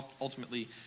ultimately